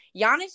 Giannis